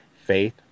faith